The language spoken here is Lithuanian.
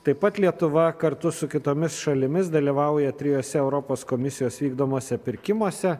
taip pat lietuva kartu su kitomis šalimis dalyvauja trijuose europos komisijos vykdomuose pirkimuose